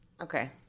Okay